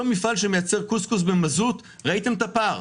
אותו מפעל שמייצר קוסקוס במזוט ראיתם את הפער,